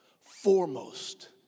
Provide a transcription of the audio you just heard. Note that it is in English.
foremost